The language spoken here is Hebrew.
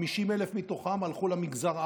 50,000 מתוכם הלכו למגזר הערבי.